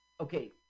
okay